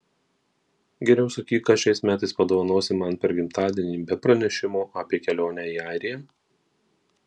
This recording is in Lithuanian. geriau sakyk ką šiais metais padovanosi man per gimtadienį be pranešimo apie kelionę į airiją